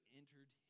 entered